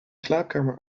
slaapkamer